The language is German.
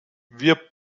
wir